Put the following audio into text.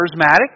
charismatic